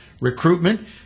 recruitment